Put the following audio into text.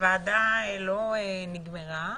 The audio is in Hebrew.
הוועדה עוד לא נגמרה,